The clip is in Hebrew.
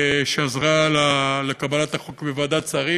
שעזרה בקבלת החוק בוועדת שרים.